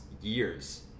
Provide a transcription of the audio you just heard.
years